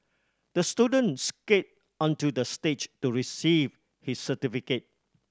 the student skate onto the stage to receive his certificate